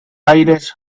aires